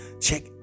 check